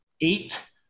eight